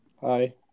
Hi